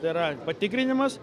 yra patikrinimas